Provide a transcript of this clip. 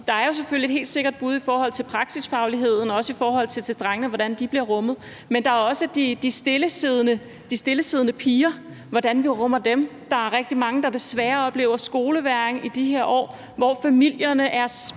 for der er jo helt sikkert bud i forhold til praksisfagligheden og også i forhold til drengene, og hvordan de kan rummes. Men der er også de stille piger og noget om, hvordan vi rummer dem. Der er rigtig mange, der desværre oplever skolevægring i de her år, hvor familierne er splittede